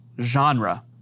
Genre